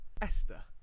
Esther